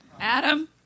Adam